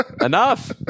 Enough